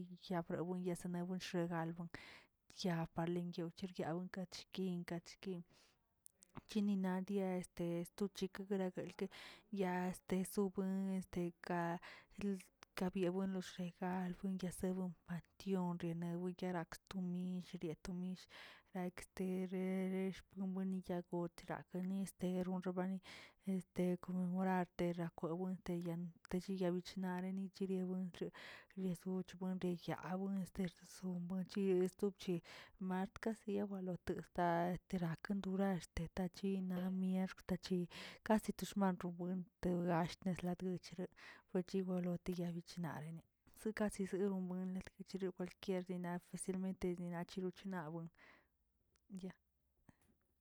Yabrabuin yashena sea albueng yapalengyuw yergawen kacheki kacheki chinina die este tuchiki gueraguelke ya este sobuen este ka ka byabuen loxe albuen yasefon ation renewi erak stomi bia tomish naꞌ extere dere xpumin yagotrakə misterionrabani este comemorade rakwewente techiya bichna nichira buenrki lechroz renbuin yabuen este sombachi tobchi mart kasiyawi lotesta tiraken durash detachina mierkw tachi kasi to xman buen to gall lat gochre wochigolote naꞌ bichnarene sekasiserabuen net kachirubuelt redina besi mente ninachi nabuenya.